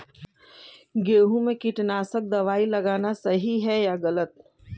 गेहूँ में कीटनाशक दबाई लगाना सही है या गलत?